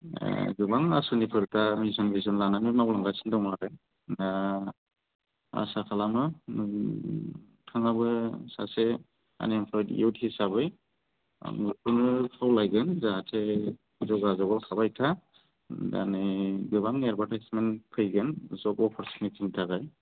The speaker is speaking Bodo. गोबां आसनिफोर दा मिसन भिजोन लानानै मावलांगासिनो दङ आरो आसा खालामो नोंथाङाबो सासे आनएमप्लयड इउथ हिसाबै आं बेखौनो खावलायगोन जाहाथे जगाजगआव थाबाय था दा नै गोबां एडभार्टाइसमेन्ट फैगोन जब अपर्चुनिटिनि थाखाय